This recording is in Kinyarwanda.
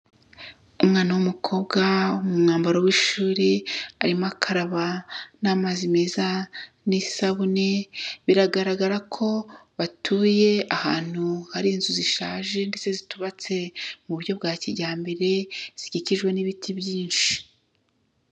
Umwana w'umukobwa mu mwambaro w'ishuri, arimo akaraba n'amazi meza n'isabune, biragaragara ko batuye ahantu hari inzu zishaje ndetse zitubatse mu buryo bwa kijyambere, zikikijwe n'ibiti byinshi.